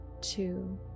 two